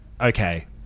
Okay